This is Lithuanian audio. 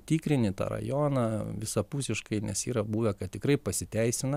tikrini tą rajoną visapusiškai nes yra buvę kad tikrai pasiteisina